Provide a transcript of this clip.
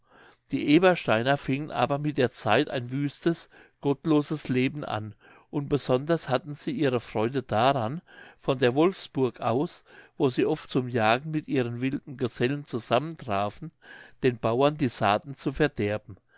die ebersteiner fingen aber mit der zeit ein wüstes gottloses leben an und besonders hatten sie ihre freude daran von der wolfsburg aus wo sie oft zum jagen mit ihren wilden gesellen zusammentrafen den bauern die saaten zu verderben